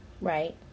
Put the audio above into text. right